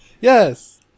Yes